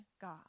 God